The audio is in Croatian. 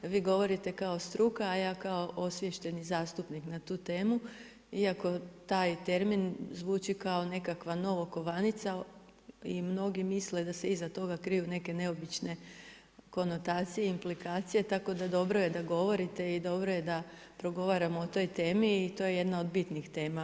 Vi govorite kao struka, a ja kao osviješteni zastupnik na tu temu iako taj termin zvuči kao nekakva novokovanica i mnogi misle da se iza toga kriju neke neobične konotacije i implikacije tako da dobro je da govorite i dobro je da progovaramo o toj temi i to je jedna od bitnih tema.